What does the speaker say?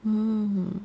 mm